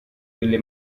delle